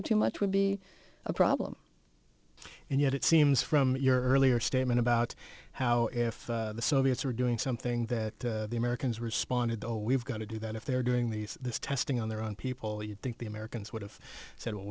out too much would be a problem and yet it seems from your earlier statement about how if the soviets were doing something that the americans responded though we've got to do that if they're doing these testing on their own people you'd think the americans would have said w